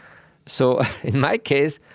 so in my case,